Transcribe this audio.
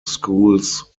schools